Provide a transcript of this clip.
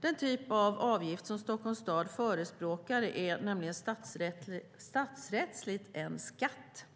Den typ av avgift Stockholms stad förespråkar är nämligen statsrättsligt en skatt.